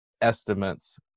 estimates